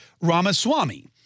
Ramaswamy